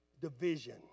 division